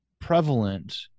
prevalent